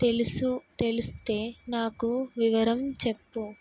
తెలుసు తెలిస్తే నాకు వివరంగా చెప్పు